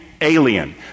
alien